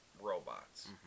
robots